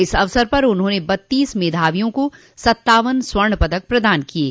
इस अवसर पर उन्होंने बत्तीस मेधावियों को सत्तावन स्वर्ण पदक प्रदान किये